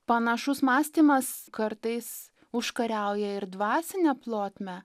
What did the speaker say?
panašus mąstymas kartais užkariauja ir dvasinę plotmę